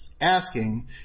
asking